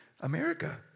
America